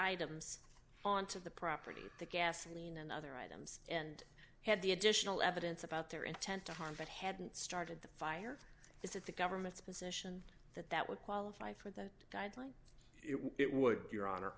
items on to the property of the gasoline and other items and had the additional evidence about their intent to harm but hadn't started the fire is it the government's position that that would qualify for that guideline it would be your honor